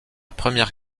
première